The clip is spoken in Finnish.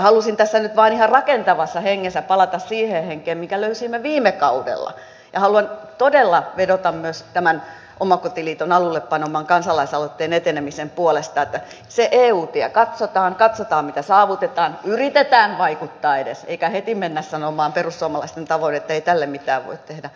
halusin tässä nyt vain ihan rakentavassa hengessä palata siihen henkeen minkä löysimme viime kaudella ja haluan todella vedota myös omakotiliiton alulle paneman kansalaisaloitteen etenemisen puolesta että se eu tie katsotaan katsotaan mitä saavutetaan yritetään vaikuttaa edes eikä heti mennä sanomaan perussuomalaisten tavoin ettei tälle mitään voi tehdä